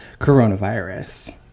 coronavirus